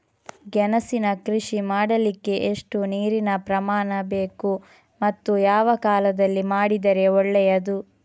ಗೆಣಸಿನ ಕೃಷಿ ಮಾಡಲಿಕ್ಕೆ ಎಷ್ಟು ನೀರಿನ ಪ್ರಮಾಣ ಬೇಕು ಮತ್ತು ಯಾವ ಕಾಲದಲ್ಲಿ ಮಾಡಿದರೆ ಒಳ್ಳೆಯದು?